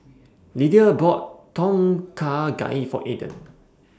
Lydia bought Tom Kha Gai For Aiden